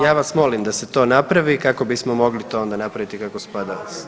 Ja vas molim da se to napravi kako bismo mogli to onda napraviti kako spada.